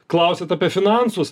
klausiat apie finansus